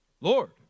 Lord